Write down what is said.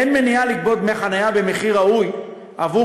אין מניעה לגבות דמי חניה במחיר ראוי עבור